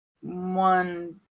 One